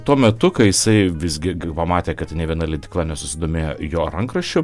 tuo metu kai jisai visgi kai pamatė kad nė viena leidykla nesusidomėjo jo rankraščiu